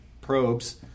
Probes